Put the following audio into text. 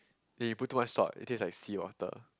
then you put too much salt it taste like seawater